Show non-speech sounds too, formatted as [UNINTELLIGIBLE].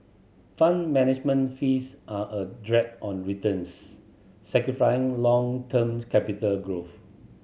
Fund Management fees are a drag on returns s [UNINTELLIGIBLE] long term capital growth